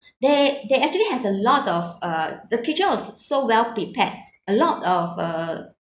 they they actually has a lot of uh the kitchen was so well-prepared a lot of uh